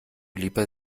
lieber